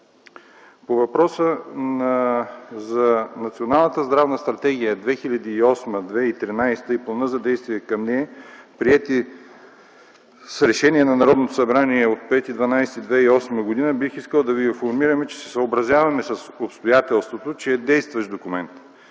По въпроса за Националната здравна стратегия 2008-2013 г. и плана за действие към нея, приети с Решение на Народното събрание от 5.12.2008 г., бих искал да ви информирам, че се съобразяваме с обстоятелството, че е действащ документ.